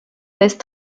baisse